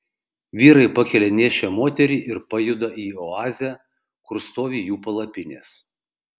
vyrai pakelia nėščią moterį ir pajuda į oazę kur stovi jų palapinės